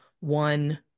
one